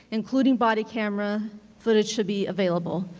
including body camera footage should be available.